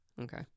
Okay